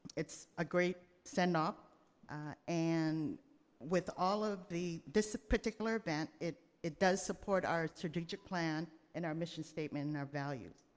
it's a great send-off and with all of the, this particular event, it it does support our strategic plan and mission statement and our values.